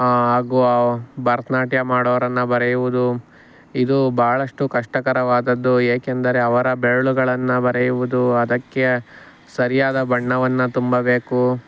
ಹಾಗೂ ಭರತನಾಟ್ಯ ಮಾಡೋರನ್ನು ಬರೆಯುವುದು ಇದು ಬಹಳಷ್ಟು ಕಷ್ಟಕರವಾದದ್ದು ಏಕೆಂದರೆ ಅವರ ಬೆರಳುಗಳನ್ನು ಬರೆಯುವುದು ಅದಕ್ಕೆ ಸರಿಯಾದ ಬಣ್ಣವನ್ನು ತುಂಬಬೇಕು